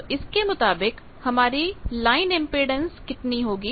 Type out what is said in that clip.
तो इसके मुताबिक हमारी लाइन इंपेडेंस कितनी होगी